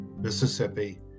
Mississippi